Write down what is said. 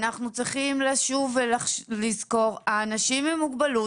אנחנו צריכים לשוב ולזכור שהאנשים עם מוגבלות